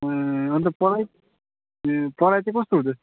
ए अन्त पढाइ पढाइ चाहिँ कस्तो हुँदैछ त